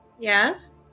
Yes